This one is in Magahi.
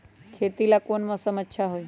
खेती ला कौन मौसम अच्छा होई?